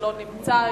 שלא נמצא,